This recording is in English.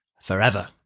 forever